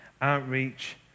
outreach